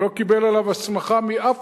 שלא קיבל עליו הסמכה מאף